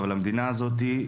אבל המדינה הזאת,